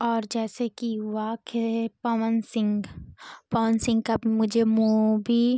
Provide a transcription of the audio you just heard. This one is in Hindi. और जैसे कि हुआ के पवन सिंह पवन सिंह का मुझे मूबी